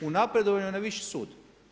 U napredovanju na viši sud.